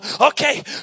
okay